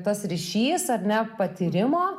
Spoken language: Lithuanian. tas ryšys ar ne patyrimo